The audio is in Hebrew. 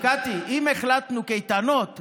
קטי, אם החלטנו על קייטנות חינם,